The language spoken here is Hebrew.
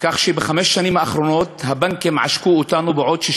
כך שבחמש שנים האחרונות הבנקים עשקו אותנו בעוד 6